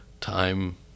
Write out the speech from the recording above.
time